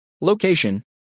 Location